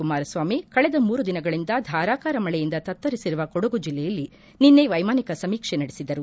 ಕುಮಾರಸ್ವಾಮಿ ಕಳೆದ ಮೂರು ದಿನಗಳಿಂದ ಧಾರಾಕಾರ ಮಳೆಯಿಂದ ತತ್ತರಿಸಿರುವ ಕೊಡಗು ಜಿಲ್ಲೆಯಲ್ಲಿ ನಿನ್ನೆ ವೈಮಾನಿಕ ಸಮೀಕ್ಷೆ ನಡೆಸಿದರು